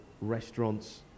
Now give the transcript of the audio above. restaurants